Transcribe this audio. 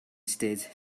stage